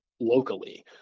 locally